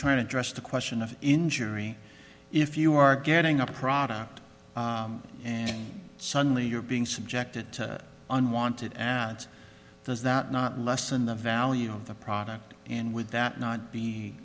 trying to address the question of injury if you are getting a product and suddenly you're being subjected to unwanted ads does that not lessen the value of the product and would that not be